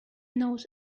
knows